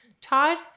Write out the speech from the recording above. Todd